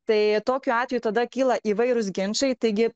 tai tokiu atveju tada kyla įvairūs ginčai taigi